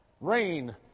rain